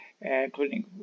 including